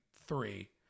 three